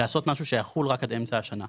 לעשות משהו שיחול רק על אמצע השנה,